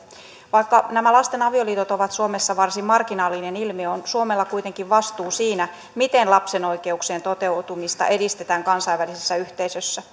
vaikka nämä lasten avioliitot ovat suomessa varsin marginaalinen ilmiö on suomella kuitenkin vastuu siinä miten lapsen oikeuksien toteutumista edistetään kansainvälisessä yhteisössä